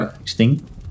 Extinct